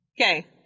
Okay